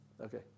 Okay